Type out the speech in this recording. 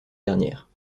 dernière